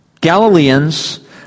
Galileans